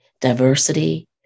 diversity